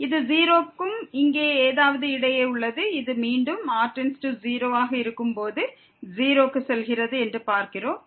இது 0 க்கும் இங்கே ஏதாவது இடையேயும் உள்ளது இது மீண்டும் r→0ஆக இருக்கும்போது 0 க்கு செல்கிறது என்று பார்க்கிறோம்